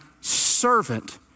servant